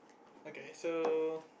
okay so